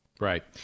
Right